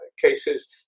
cases